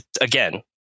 again